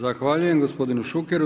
Zahvaljujem gospodinu Šukeru.